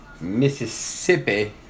mississippi